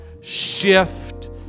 shift